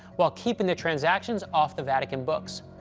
while keeping the transactions off the vatican books.